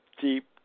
deep